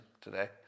today